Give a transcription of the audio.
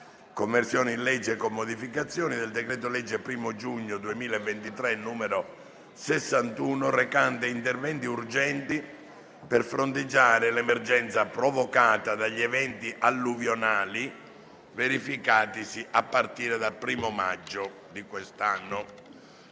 «Conversione in legge, con modificazioni, del decreto-legge 1° giugno 2023, n. 61, recante interventi urgenti per fronteggiare l'emergenza provocata dagli eventi alluvionali verificatisi a partire dal 1° maggio 2023» (819).